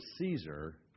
Caesar